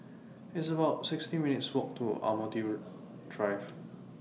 It's about sixty minutes' Walk to Admiralty Drive